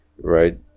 right